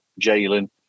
Jalen